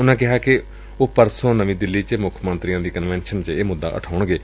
ਉਨੂਂ ਕਿਹਾ ਕਿ ਉਹ ਪਰਸੋਂ ਨਵੀਂ ਦਿੱਲੀ ਚ ਮੁੱਖ ਮੰਤਰੀਆਂ ਦੀ ਕਨਵੈਨਸ਼ਨ ਚ ਵੀ ਇਹ ਮੁੱਦਾ ਉਠਾਉਣਗੇ